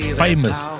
famous